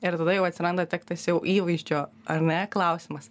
ir tada jau atsiranda tiktas jau įvaizdžio ar ne klausimas